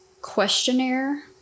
questionnaire